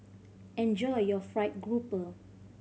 enjoy your fried grouper